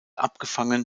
abgefangen